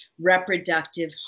reproductive